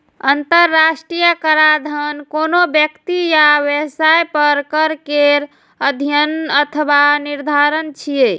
अंतरराष्ट्रीय कराधान कोनो व्यक्ति या व्यवसाय पर कर केर अध्ययन अथवा निर्धारण छियै